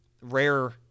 Rare